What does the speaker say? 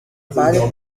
palha